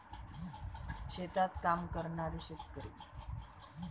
शेतात काम करणारे शेतकरी